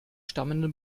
stammende